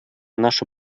нашу